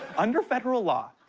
under federal law,